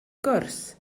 gwrs